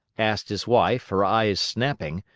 asked his wife, her eyes snapping.